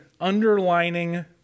underlining